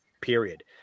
period